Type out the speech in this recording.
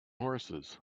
horses